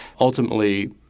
Ultimately